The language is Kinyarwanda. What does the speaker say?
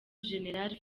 gen